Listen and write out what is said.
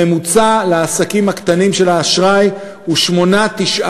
הממוצע של האשראי לעסקים הקטנים הוא 9%-8%,